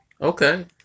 Okay